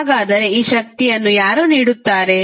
ಹಾಗಾದರೆ ಈ ಶಕ್ತಿಯನ್ನು ಯಾರು ನೀಡುತ್ತಾರೆ